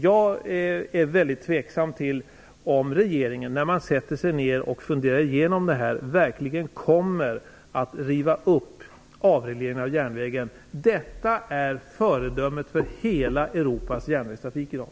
Jag är väldigt tveksam till om regeringen, när man sätter sig ner och funderar igenom detta, verkligen kommer att riva upp avregleringen av järnvägen. Avregleringen är föredömet för hela Europas järnvägstrafik i dag.